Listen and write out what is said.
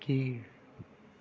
கீழ்